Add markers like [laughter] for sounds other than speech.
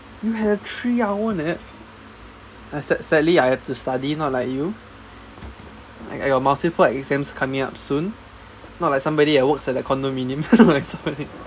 have three hour nap sad sadly I have to study not like you I got multiple exams coming up soon not like somebody that works at the condominium [laughs]